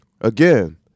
again